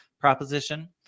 proposition